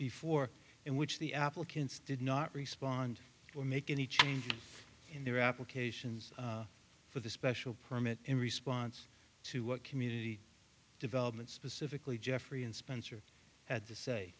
before in which the applicants did not respond or make any changes in their applications for the special permit in response to what community development specifically jeffrey and spencer had to say